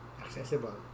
accessible